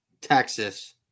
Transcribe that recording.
Texas